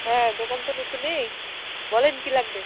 হ্যাঁ দোকান তো নতুনই বলেন কী লাগবে